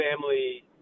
family